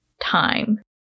time